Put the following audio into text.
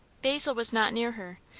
basil was not near her,